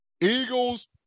Eagles